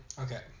Okay